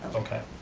okay.